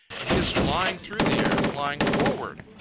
and he is flying through the air, flying forward,